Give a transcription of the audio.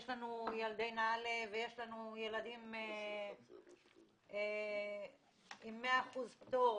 יש לנו ילדי נעלה וילדים עם 100% פטור,